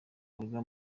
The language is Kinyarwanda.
wiga